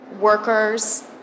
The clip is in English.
workers